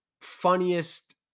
funniest